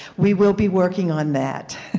we will be working on that.